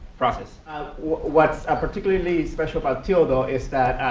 process what's particularly special about theodore is that,